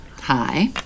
Hi